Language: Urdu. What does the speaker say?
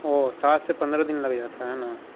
او سات سے پندرہ دن لگ جاتا ہے ہے نا